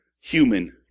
human